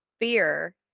fear